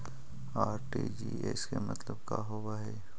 RTGS के मतलब का होव हई?